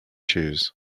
shoes